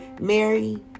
Mary